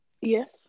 Yes